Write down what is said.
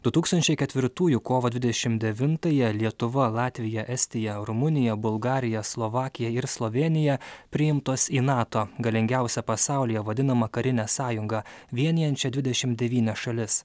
du tūkstančiai ketvirtųjų kovo dvidešim devintąją lietuva latvija estija rumunija bulgarija slovakija ir slovėnija priimtos į nato galingiausią pasaulyje vadinamą karinę sąjungą vienijančią dvidešim devynias šalis